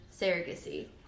surrogacy